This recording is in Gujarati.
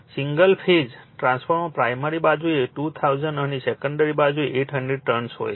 સિંગલ ફેઝ ટ્રાન્સફોર્મરમાં પ્રાઇમરી બાજુએ 2000 અને સેકન્ડરી બાજુએ 800 ટર્ન્સ હોય છે